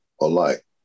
alike